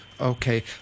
Okay